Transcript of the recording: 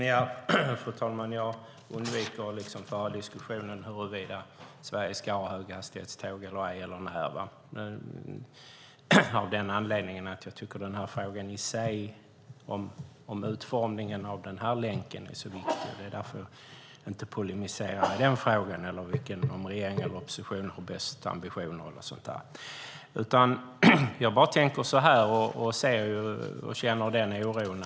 Fru talman! Jag undviker att föra diskussion om huruvida Sverige ska ha höghastighetståg och så vidare av den anledningen att jag tycker att frågan om utformningen av den här länken är så viktig. Jag vill därför inte polemisera om huruvida regeringen eller oppositionen har bäst ambitioner och liknande. Jag känner en oro.